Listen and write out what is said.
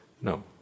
No